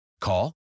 Call